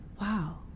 wow